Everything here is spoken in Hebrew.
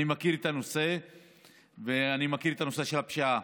אני מכיר את הנושא ואני מכיר את הנושא של הפשיעה,